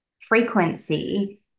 frequency